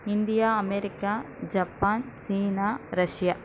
India America Japan China Russia